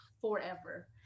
forever